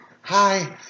Hi